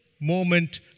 moment